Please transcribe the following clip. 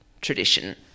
tradition